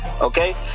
Okay